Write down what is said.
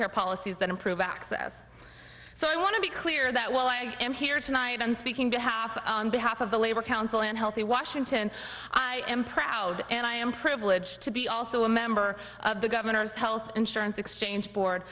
care policies that improve access so i want to be clear that while i am here tonight and speaking behalf on behalf of the labor council in healthy washington i am proud and i am privileged to be also a member of the governor's health insurance exchange board